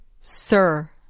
sir